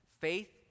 faith